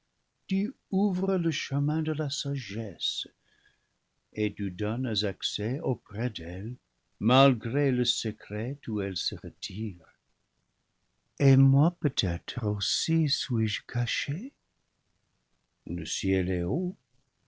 tu ouvres le chemin de la sagesse et tu donnes accès auprès d'elle malgré le secret où elle se retire et moi peut-être aussi suis-je cachée